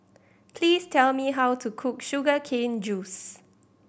please tell me how to cook sugar cane juice